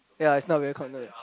ya it's not very